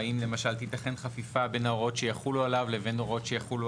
והאם למשל תיתכן חפיפה בין הוראות שיחולו עליו לבין הוראות שיחולו